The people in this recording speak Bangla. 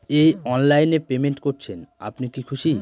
এই অনলাইন এ পেমেন্ট করছেন আপনি কি খুশি?